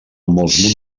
molts